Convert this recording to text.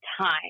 time